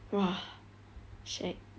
!wah! shag